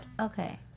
Okay